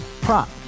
Prop